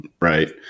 Right